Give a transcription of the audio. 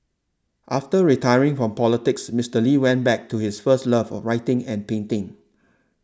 after retiring from politics Mister Lee went back to his first love of writing and painting